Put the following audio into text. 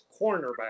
cornerback